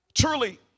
truly